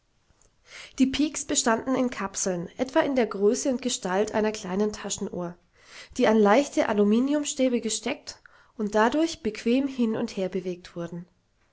die piks bestanden in kapseln etwa in der größe und gestalt einer kleinen taschenuhr die an leichte aluminiumstäbe gesteckt und dadurch bequem hin und her bewegt wurden